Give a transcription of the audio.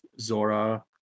Zora